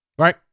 right